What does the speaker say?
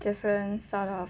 different sort of